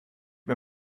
mir